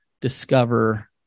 discover